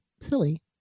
silly